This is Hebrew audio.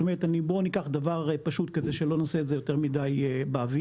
זאת אומרת בוא ניקח דבר פשוט כדי שלא נעשה את זה יותר מידי באוויר.